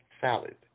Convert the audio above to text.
salad